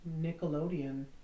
Nickelodeon